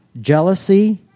jealousy